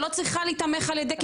שלא צריכה להיתמך על ידי קצבאות,